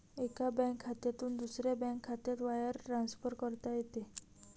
एका बँक खात्यातून दुसऱ्या बँक खात्यात वायर ट्रान्सफर करता येते